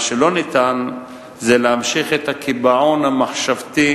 מה שלא ניתן זה להמשיך את הקיבעון המחשבתי